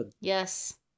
Yes